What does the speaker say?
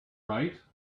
right